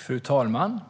Fru talman!